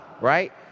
right